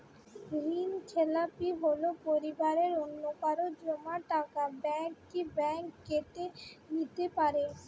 ঋণখেলাপি হলে পরিবারের অন্যকারো জমা টাকা ব্যাঙ্ক কি ব্যাঙ্ক কেটে নিতে পারে?